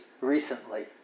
recently